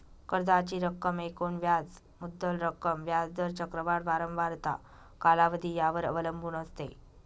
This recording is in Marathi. कर्जाची रक्कम एकूण व्याज मुद्दल रक्कम, व्याज दर, चक्रवाढ वारंवारता, कालावधी यावर अवलंबून असते